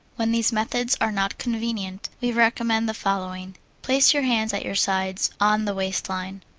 when these methods are not convenient, we recommend the following place your hands at your sides, on the waist line.